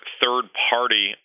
third-party